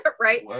right